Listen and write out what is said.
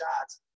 shots